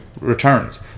returns